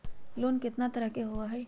Loan केतना तरह के होअ हई?